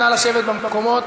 נא לשבת במקומות.